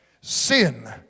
Sin